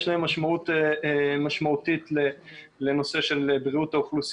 יש להם משמעות לנושא של בריאות האוכלוסייה,